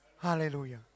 Hallelujah